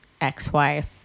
ex-wife